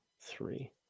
three